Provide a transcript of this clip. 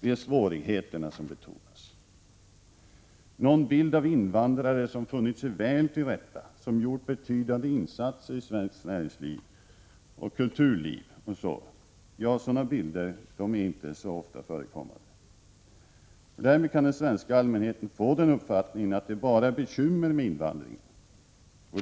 Det är svårigheterna som betonas. Bilder av invandrare som funnits sig väl till rätta, som gjort betydande insatser i svensk näringsliv och kulturliv, är inte så ofta förekommande. Den svenska allmänheten kan få den uppfattningen att det bara är bekymmer med invandringen.